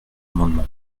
amendement